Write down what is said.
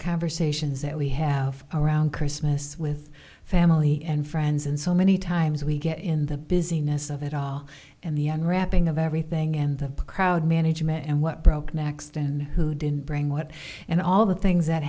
conversations that we have around christmas with family and friends and so many times we get in the business of it all and the end wrapping of everything and the crowd management and what broke next in who did bring what and all the things that